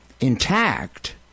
intact